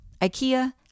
Ikea